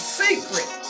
secret